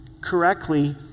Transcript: correctly